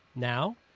now?